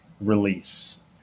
release